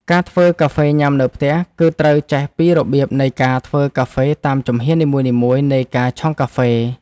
ការធ្វើកាហ្វេញ៉ាំនៅផ្ទះ គឺត្រូវចេះពីរបៀបនៃការធ្វើកាហ្វេតាមជំហ៊ាននីមួយៗនៃការឆុងកាហ្វេ។